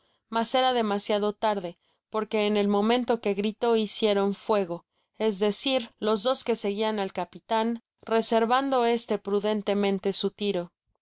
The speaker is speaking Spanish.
era demasiado tarde porque en él momento que gritó hicieron fuego es decir los dos que seguian al capitan reservando este prudentemente su tiro